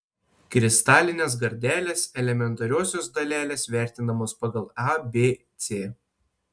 kristalinės gardelės elementariosios dalelės vertinamos pagal a b c